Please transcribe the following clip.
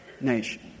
nation